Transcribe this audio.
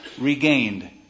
regained